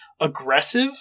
aggressive